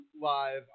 live